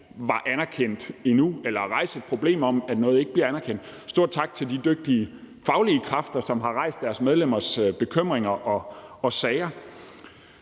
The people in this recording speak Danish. var anerkendt endnu, eller har rejst det problem, at noget ikke bliver anerkendt, og en stor tak til de dygtige faglige kræfter, som har rejst deres medlemmers bekymringer og sager.